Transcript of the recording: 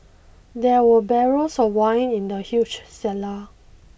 there were barrels of wine in the huge cellar